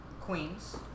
Queens